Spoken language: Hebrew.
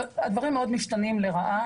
הדברים מאוד משתנים לרעה,